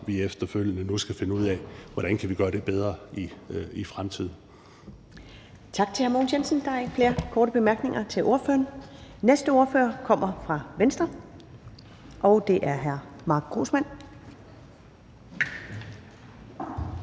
vi efterfølgende nu skal finde ud af hvordan vi kan gøre bedre i fremtiden.